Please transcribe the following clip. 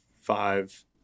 five